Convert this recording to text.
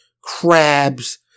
crabs